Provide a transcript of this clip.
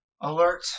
alert